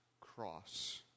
cross